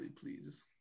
please